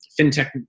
fintech